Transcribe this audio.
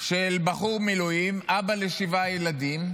של בחור מילואים, אבא לשבעה ילדים,